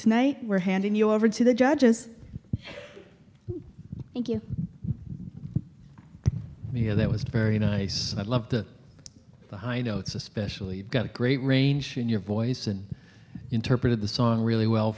tonight we're handing you over to the judges thank you yeah that was very nice i love that the high notes especially got a great range in your voice and interpreted the song really well